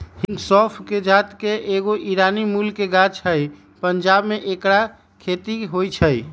हिंग सौफ़ कें जात के एगो ईरानी मूल के गाछ हइ पंजाब में ऐकर खेती होई छै